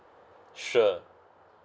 sure